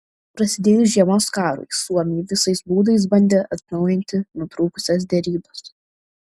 prasidėjus žiemos karui suomiai visais būdais bandė atnaujinti nutrūkusias derybas